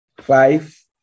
five